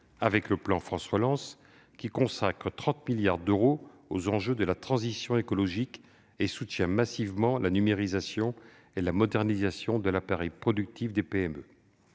avec le plan France Relance, qui consacre 30 milliards d'euros aux enjeux de la transition écologique et soutient massivement la numérisation et la modernisation de l'appareil productif des PME.